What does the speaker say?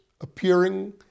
appearing